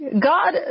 God